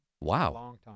Wow